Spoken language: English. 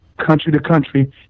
country-to-country